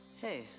Hey